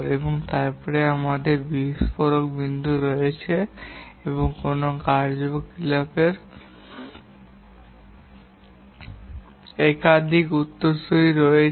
এবং তারপরে আমাদের এই বিস্ফোরণ বিন্দু রয়েছে যেখানে কোনও কার্য বা ক্রিয়াকলাপের একাধিক উত্তরসূরি রয়েছে